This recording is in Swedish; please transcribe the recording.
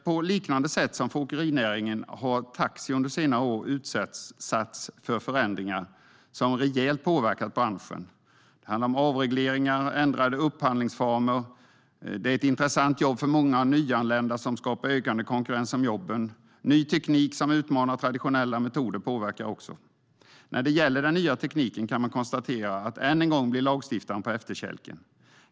På liknande sätt som åkerinäringen har taxi under senare år utsatts för förändringar som rejält har påverkat branschen. Det handlar om avregleringar och ändrade upphandlingsformer. Att köra taxi är ett intressant jobb för många nyanlända, vilket skapar ökande konkurrens om jobben. Ny teknik som utmanar traditionella metoder påverkar också. När det gäller den nya tekniken kan man konstatera att lagstiftaren än en gång kommer på efterkälken.